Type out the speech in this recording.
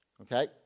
Okay